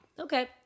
Okay